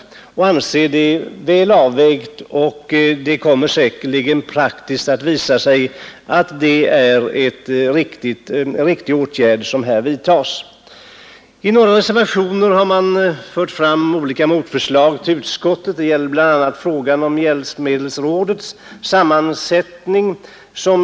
Vi anser det väl avvägt, och den åtgärd som här vidtas kommer säkerligen att praktiskt visa sig vara riktig. I några reservationer har förts fram olika motförslag till utskottets förslag. Det gäller bl.a. frågan om hjälpmedelsrådets sammansättning.